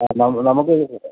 ആ നമുക്ക്